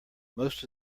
most